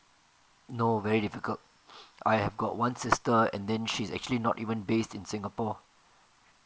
no very difficult I have got one sister and then she's actually not even based in singapore